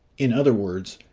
in other words,